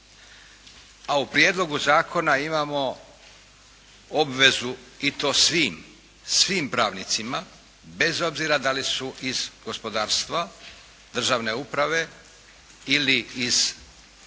A u prijedlogu zakona imamo obvezu i to svim, svim pravnicima bez obzira da li su iz gospodarstva, državne uprave ili iz tzv.